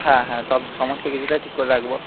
হ্যাঁ হ্যাঁ সব সমস্ত কিছুটাই ঠিক করে রাখব